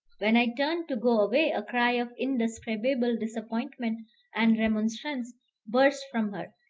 when i turned to go away, a cry of indescribable disappointment and remonstrance burst from her,